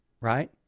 right